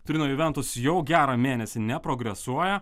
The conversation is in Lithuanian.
turino juventus jau gerą mėnesį neprogresuoja